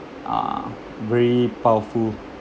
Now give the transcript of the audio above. uh very powerful